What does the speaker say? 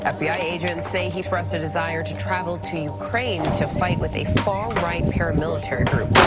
ah fbi agents say he expressed a desire to travel to ukraine to fight with a far-right paramilitary group.